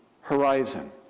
horizon